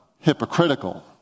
hypocritical